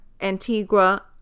Antigua